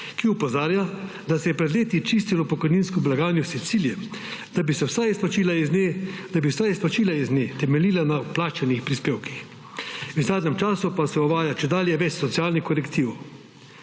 ki opozarja, da se je pred leti čistila pokojninska blagajna s ciljem, da bi vsa izplačila iz nje temeljila na vplačanih prispevkih. V zadnjem času pa se uvaja čedalje več socialnih korektivov.